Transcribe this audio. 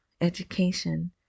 education